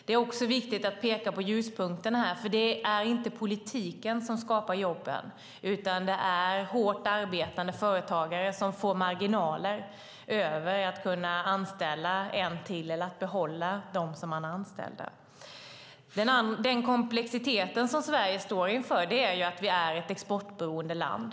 Det är också viktigt att peka på ljuspunkterna, för det är inte politiken som skapar jobben utan hårt arbetande företagare som får marginaler över att kunna anställa en till eller behålla dem som man har anställda. Den komplexitet som Sverige står inför är att vi är ett exportberoende land.